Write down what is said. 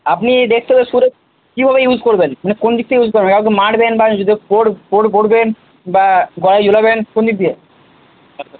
আপনি ডেস্কটপে কীভাবে ইউজ করবেন মানে কোনদিক থেকে ইউজ করবেন মারবেন বা পড়বেন বা গলায় ঝোলাবেন কোনদিক দিয়ে